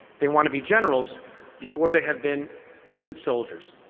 they want to be generals before they have been good soldiers.